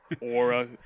aura